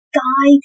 guy